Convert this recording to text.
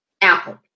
apple